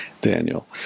Daniel